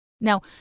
Now